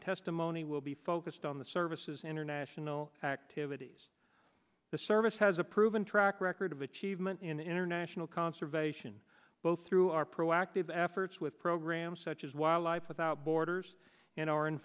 testimony will be focused on the services international activities the service has a proven track record of achievement in international conservation both through our proactive efforts with programs such as wildlife without borders and